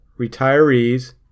retirees